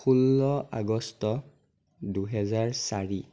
ষোল্ল আগষ্ট দুহেজাৰ চাৰি